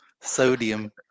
sodium